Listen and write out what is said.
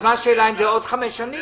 אתה אומר שאי אפשר לבדוק אחרי חמש שנים?